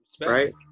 right